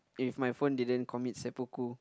if my phone didn't commit seppuku